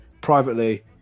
privately